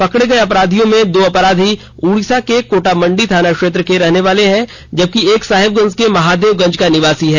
पकड़े गए अपराधियों में दो अपराधी उड़ीसा के कोटामंडी थाना क्षेत्र का रहने वाला है जबकि एक साहिबगंज के महादेवगंज का निवासी है